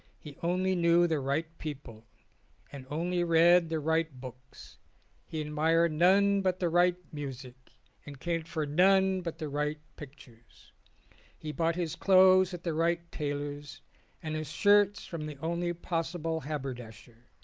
he only knew the right people and only read the right books he admired none but the right music and cared for none but the right pictures he bought his clothes at the right tailor's and his shirts from the only possible haberdasher.